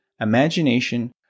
imagination